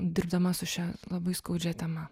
dirbdama su šia labai skaudžia tema